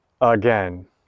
again